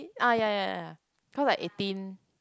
eh ah ya ya ya cause like eighteen